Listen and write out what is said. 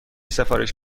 سفارش